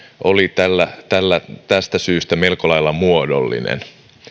oli tästä syystä melko lailla muodollinen